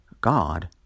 God